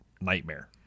nightmare